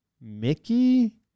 Mickey